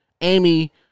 Amy